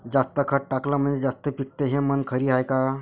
जास्त खत टाकलं म्हनजे जास्त पिकते हे म्हन खरी हाये का?